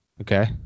okay